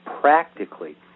practically